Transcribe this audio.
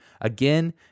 again